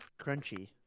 crunchy